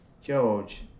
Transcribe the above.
George